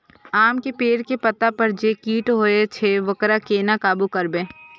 आम के पेड़ के पत्ता पर जे कीट होय छे वकरा केना काबू करबे?